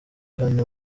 uhana